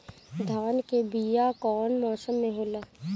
धान के बीया कौन मौसम में होला?